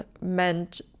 meant